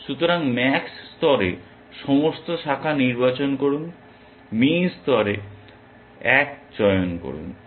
সুতরাং ম্যাক্স স্তরে সমস্ত শাখা নির্বাচন করুন মিন স্তরে 1 চয়ন করুন